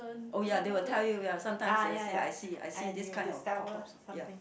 oh ya they will tell you ya sometimes they will I see I see this kind of pop ups ah ya